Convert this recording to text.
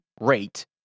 rate